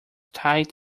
tight